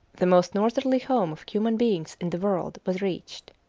the most northerly home of human beings in the world, was reached.